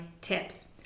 tips